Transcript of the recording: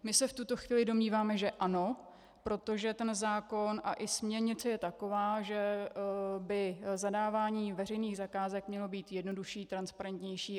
My se v tuto chvíli domníváme že ano, protože ten zákon a i směrnice je taková, že by zadávání veřejných zakázek mělo být jednodušší, transparentnější.